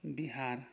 Bihar